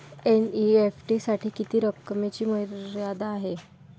NEFT साठी किती रकमेची मर्यादा आहे?